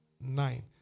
nine